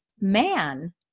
man